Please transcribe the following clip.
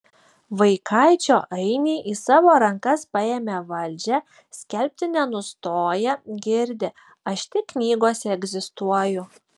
vaikaičio ainiai į savo rankas paėmę valdžią skelbti nenustoja girdi aš tik knygose egzistuoju